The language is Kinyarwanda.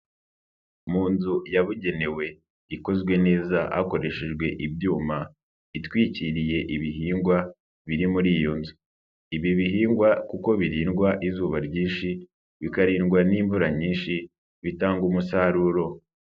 Mu nzu yabugenewe ikozwe neza hakoreshejwe ibyuma, itwikiriye ibihingwa biri muri iyo nzu, ibi bihingwa kuko birindwa izuba ryinshi, bikarindwa n'imvura nyinshi bitanga umusaruro.